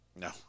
No